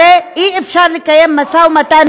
הרי אי-אפשר לקיים איתו משא ומתן,